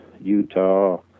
Utah